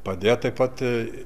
padėję taip pat